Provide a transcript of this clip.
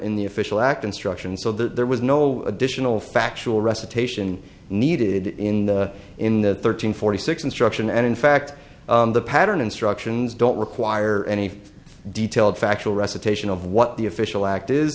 in the official act instructions so that there was no additional factual recitation needed in the in the thirteen forty six instruction and in fact the pattern instructions don't require any detailed factual recitation of what the official act